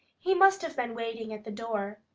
he must have been waiting at the door.